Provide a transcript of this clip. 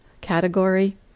category